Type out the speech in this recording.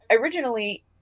originally